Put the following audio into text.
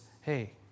hey